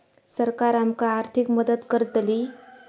सरकार आमका आर्थिक मदत करतली?